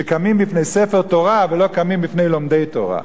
שקמים לפני ספר תורה ולא קמים לפני לומדי תורה.